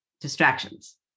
distractions